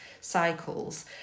cycles